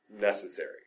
necessary